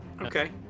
Okay